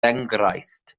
enghraifft